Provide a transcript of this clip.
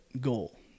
goal